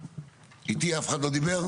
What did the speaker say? במידה והוא בלתי מקורה,